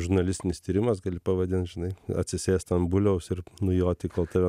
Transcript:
žurnalistinis tyrimas gali pavadint žinai atsisėst ant buliaus ir nujoti kol tave